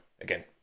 again